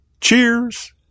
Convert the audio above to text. cheers